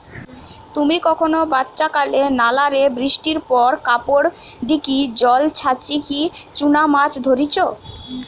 তুমি কখনো বাচ্চাকালে নালা রে বৃষ্টির পর কাপড় দিকি জল ছাচিকি চুনা মাছ ধরিচ?